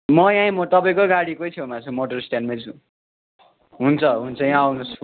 म यहीँ तपाईँकै गाडीकै छेउमा छु मोटर स्ट्यान्डमै छु हुन्छ हुन्छ यहाँ आउनु होस्